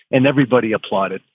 and everybody applauded.